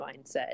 mindset